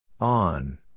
On